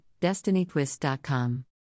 destinytwist.com